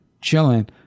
chilling